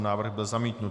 Návrh byl zamítnut.